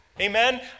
amen